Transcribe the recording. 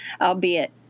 albeit